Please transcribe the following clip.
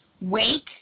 wake